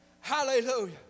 Hallelujah